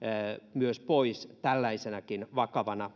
myös pois tällaisena vakavana